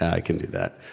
i can't do that,